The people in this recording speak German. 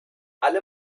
alle